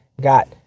got